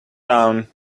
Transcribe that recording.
down